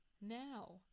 Now